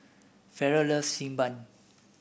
Ferrell loves Xi Ban